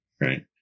right